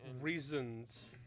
Reasons